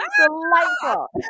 delightful